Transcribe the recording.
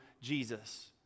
Jesus